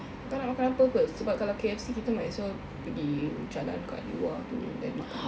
kau tak nak makan apa [pe] sebab kalau K_F_C kita might as well pergi jalan kat luar tu then makan